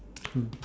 mm